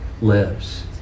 lives